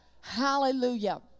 Hallelujah